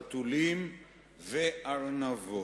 חתולים וארנבות.